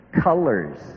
colors